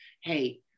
hey